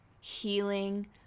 healing